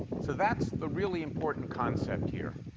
so that's the really important concept here,